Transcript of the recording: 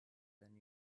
than